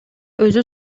өзү